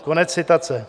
Konec citace.